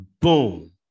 boom